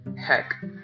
Heck